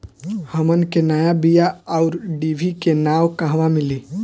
हमन के नया बीया आउरडिभी के नाव कहवा मीली?